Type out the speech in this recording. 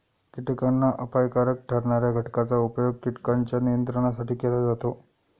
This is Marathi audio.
कीटकांना अपायकारक ठरणार्या घटकांचा उपयोग कीटकांच्या नियंत्रणासाठी केला जातो